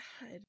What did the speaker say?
God